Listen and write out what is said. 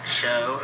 show